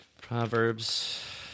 Proverbs